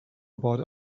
about